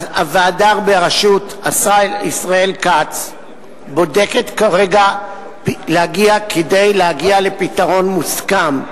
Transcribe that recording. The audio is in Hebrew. הוועדה בראשות השר ישראל כץ בודקת כרגע כדי להגיע לפתרון מוסכם.